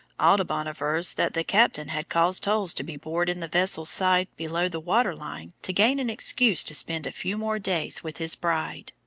audubon avers that the captain had caused holes to be bored in the vessel's sides below the water line, to gain an excuse to spend a few more days with his bride.